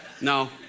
No